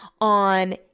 on